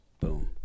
boom